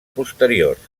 posteriors